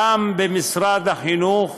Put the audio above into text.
גם במשרד החינוך